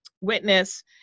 witness